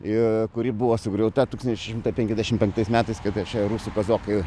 ir kuri buvo sugriauta tūkstantis šeši šimtai penkiasdešim penktais metais kai tai čia rusų kazokai